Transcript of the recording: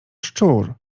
szczur